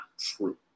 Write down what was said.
true